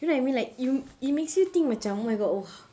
you know what I mean like you it makes you think macam oh my god !whoa!